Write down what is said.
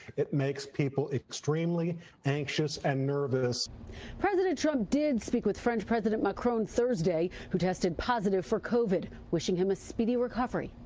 it makes people extremely anxious and nervous. reporter president trump did speak with french president macron thursday who tested positive for covid wishing him speedy recovery.